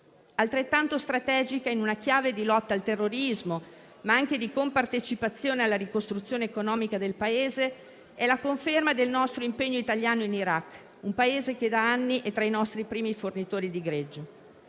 Altrettanto strategica, in una chiave di lotta al terrorismo, ma anche di compartecipazione alla ricostruzione economica del Paese, è la conferma del nostro impegno italiano in Iraq, un Paese che da anni è tra i nostri primi fornitori di greggio.